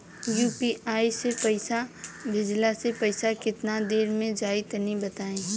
UPI से पईसा भेजलाऽ से पईसा केतना देर मे जाई तनि बताई?